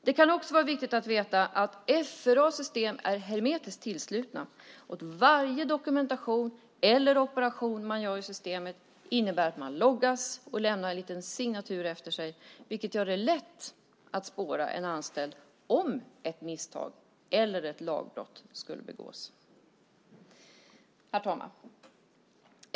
Det kan också vara viktigt att veta att FRA:s system är hermetiskt tillslutna, och varje dokumentation eller operation man gör i systemet innebär att man loggas och lämnar en liten signatur efter sig. Det gör det lätt att spåra en anställd om ett misstag eller ett lagbrott skulle begås. Herr talman!